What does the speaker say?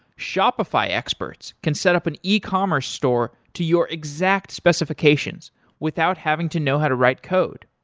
shopify experts can set up an e-commerce store to your exact specifications without having to know how to write code.